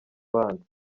ubanza